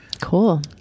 Cool